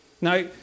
Now